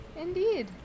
Indeed